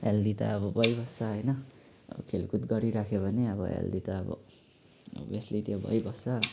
healthy त अब भइबस्छ होइन अब खेलकुद गरिरह्यो भने अब हेल्दी त अब अभियसली त्यो भइबस्छ